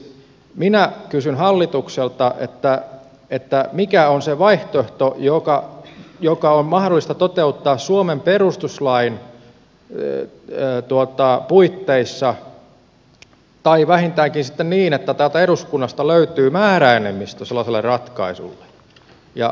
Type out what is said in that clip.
mutta siis minä kysyn hallitukselta mikä on se vaihtoehto joka on mahdollista toteuttaa suomen perustuslain puitteissa tai vähintäänkin sitten niin että täältä eduskunnasta löytyy määräenemmistö sellaiselle ratkaisulle